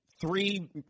Three